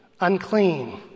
unclean